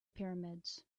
pyramids